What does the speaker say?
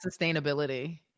sustainability